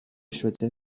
شده